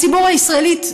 הציבור הישראלית,